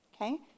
Okay